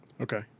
Okay